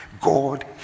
God